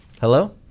Hello